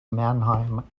mannheim